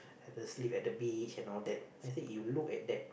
have to sleep at the beach and all that then I said you look at that